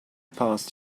past